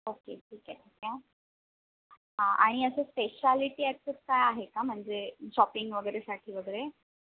okay ठीक आहे ठीक आहे हां आणि असं स्पेशालिटी ॲज सच काय आहे का म्हणजे शॉपिंग वगैरेसाठी वगैरे